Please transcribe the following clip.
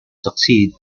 succeed